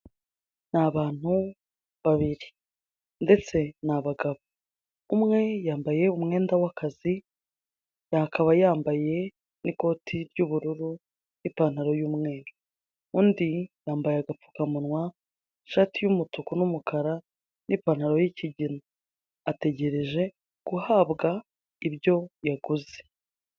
Ni abantu babiri. Ndetse ni abagabo. Umwe yambaye umwenda w'akazi, akaba yambaye n'ikoti ry'ubururu n'ipantaro y'umweru. Undi yambaye agapfukamunwa, ishati y'umutuku n'umukara n'ipantaro y'ikigina. Ategereje guhabwa ibyo yaguze.